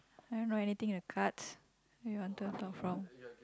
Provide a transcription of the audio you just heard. I don't know anything in the cards where you wanted to talk from